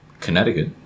Connecticut